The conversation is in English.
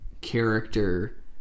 character